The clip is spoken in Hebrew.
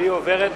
והיא עוברת